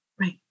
Right